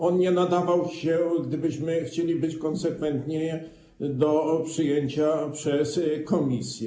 On nie nadawał się, gdybyśmy chcieli być konsekwentni, do przyjęcia przez komisję.